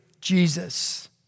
Jesus